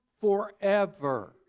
forever